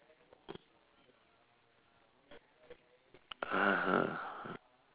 (uh huh)